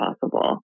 possible